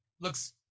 looks